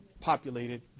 Populated